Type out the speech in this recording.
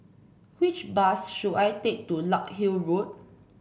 which bus should I take to Larkhill Road